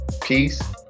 peace